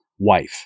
wife